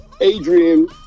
Adrian